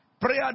Prayer